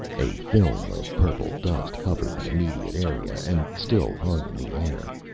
a film of purple dust covered the immediate area and still hung in the air,